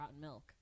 milk